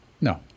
No